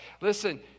Listen